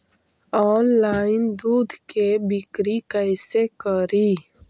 Online दुध के बिक्री कैसे करि?